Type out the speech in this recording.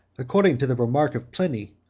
according to the remark of pliny,